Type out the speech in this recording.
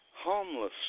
harmless